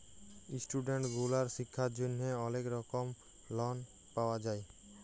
student গুলার শিক্ষার জন্হে অলেক রকম লন পাওয়া যায়